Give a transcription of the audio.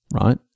right